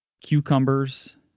cucumbers